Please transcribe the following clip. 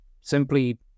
simply